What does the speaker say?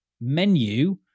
menu